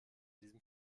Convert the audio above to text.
diesem